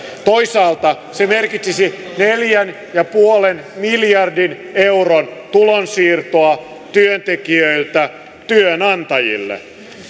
toisaalta se merkitsisi neljän pilkku viiden miljardin euron tulonsiirtoa työntekijöiltä työnantajille